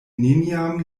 neniam